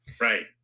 Right